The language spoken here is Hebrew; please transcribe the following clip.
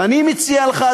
ואני מציע לך,